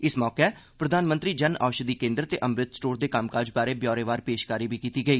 इस मौके प्रधानमंत्री जन औषधि केन्द्र ते अमृत स्टोर दे कम्मकाज बारै व्यौरेवार पेशकारी बी कीती गेई